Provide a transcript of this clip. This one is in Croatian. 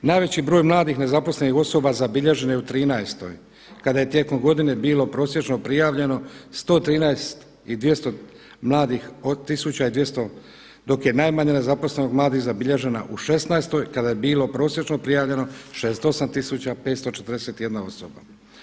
Najveći broj mladih nezaposlenih osoba zabilježen je u trinaestoj kada je tijekom godine bilo prosječno prijavljeno 113 tisuća i 200, dok je najmanje nezaposlenih mladih zabilježena u šesnaestoj kada je bilo prosječno prijavljeno 68541 osoba.